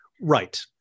Right